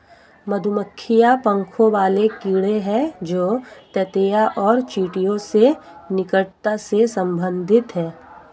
मधुमक्खियां पंखों वाले कीड़े हैं जो ततैया और चींटियों से निकटता से संबंधित हैं